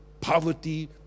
poverty